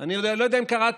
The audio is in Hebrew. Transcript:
אני יודע לא יודע אם קראתם,